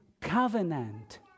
covenant